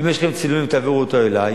אם יש לכם צילומים, תעבירו אותם אלי.